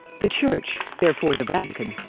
the church, therefore the vatican,